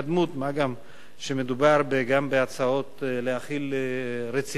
מה גם שמדובר גם בהצעות להחיל רציפות על